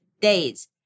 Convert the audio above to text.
days